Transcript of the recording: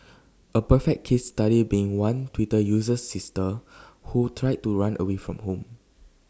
A perfect case study being one Twitter user's sister who tried to run away from home